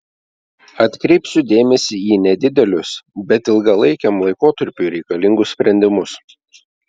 atkreipsiu dėmesį į nedidelius bet ilgalaikiam laikotarpiui reikalingus sprendimus